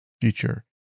future